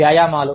వ్యాయామాలు